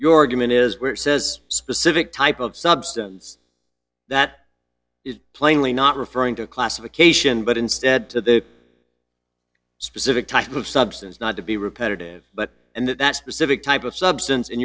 given is where it says specific type of substance that is plainly not referring to a classification but instead to the specific type of substance not to be repetitive but and that that specific type of substance in